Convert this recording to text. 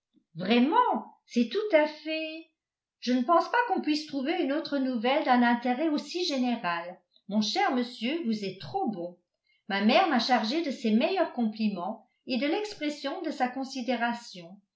vraiment c'est tout à fait je ne pense pas qu'on puisse trouver une autre nouvelle d'un intérêt aussi général mon cher monsieur vous êtes trop bon ma mère m'a chargée de ses meilleurs compliments et de l'expression de sa considération